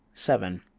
seven.